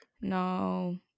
no